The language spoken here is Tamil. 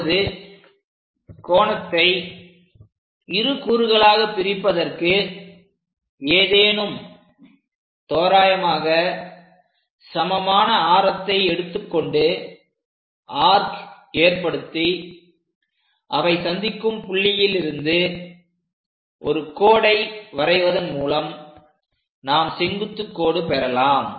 இப்பொழுது கோணத்தை இரு கூறுகளாக பிரிப்பதற்கு ஏதேனும் தோராயமாக சமமான ஆரத்தை எடுத்துக் கொண்டு ஆர்க் ஏற்படுத்தி அவை சந்திக்கும் புள்ளியில் இருந்து ஒரு கோடை வரைவதன் மூலம் நாம் செங்குத்துக் கோடு பெறலாம்